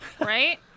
Right